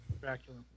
Dracula